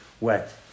wet